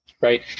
right